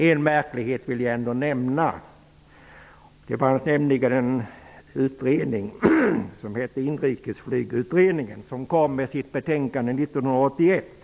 Jag vill dock nämna en märklighet. Det fanns en utredning som hette 1981.